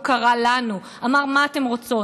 הוא קרא לנו, אמר: מה אתן רוצות?